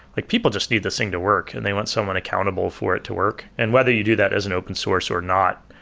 like people just need this thing to work and they want someone accountable for it to work, and whether you do that as an open source or not,